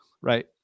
right